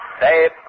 Dave